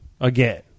again